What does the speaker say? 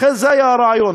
זה היה הרעיון.